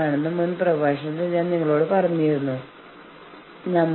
നമുക്കെല്ലാവർക്കും ദേഷ്യമുണ്ട് അല്ലെങ്കിൽ നമ്മളെല്ലാവരും പ്രകോപിതരാകും